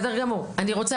אני רוצה